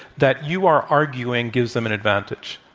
that you are arguing gives them an advantage?